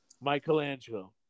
Michelangelo